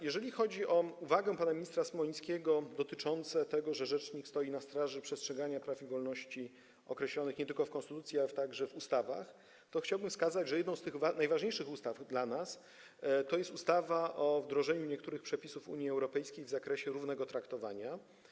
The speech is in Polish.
Jeżeli chodzi o uwagę pana ministra Smolińskiego dotyczącą tego, że rzecznik stoi na straży przestrzegania praw i wolności określonych nie tylko w konstytucji, ale także w ustawach, to chciałbym wskazać, że jedną z tych najważniejszych ustaw jest dla nas ustawa o wdrożeniu niektórych przepisów Unii Europejskiej w zakresie równego traktowania.